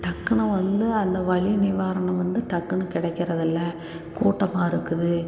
டக்குனு வந்து அந்த வலி நிவாரணம் வந்து டக்குன்னு கிடைக்கறதில்ல கூட்டமாக இருக்குது